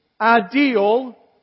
ideal